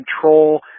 control